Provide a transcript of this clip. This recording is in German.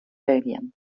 belgien